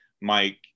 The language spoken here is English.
Mike